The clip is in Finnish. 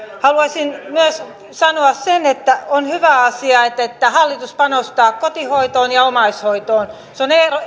haluaisin myös sanoa sen että on hyvä asia että hallitus panostaa kotihoitoon ja omaishoitoon se on